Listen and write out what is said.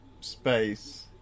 space